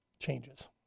changes